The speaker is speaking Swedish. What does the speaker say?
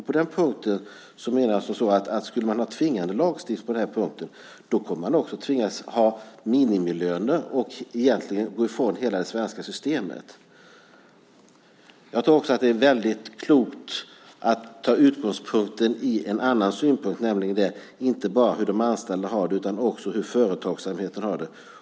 På den punkten menar jag att om man skulle ha tvingande lagstiftning så kommer man också att tvingas ha minimilöner och egentligen gå ifrån hela det svenska systemet. Jag tror också att det är väldigt klokt att ta utgångspunkt i en annan synpunkt, nämligen inte bara hur de anställda har det utan också hur företagsamheten har det.